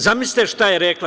Zamislite šta je rekla?